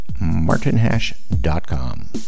martinhash.com